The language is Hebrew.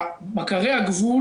בקרי הגבול